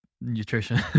nutrition